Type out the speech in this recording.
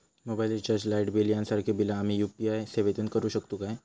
Mobile recharge, light bill यांसारखी बिला आम्ही यू.पी.आय सेवेतून करू शकतू काय?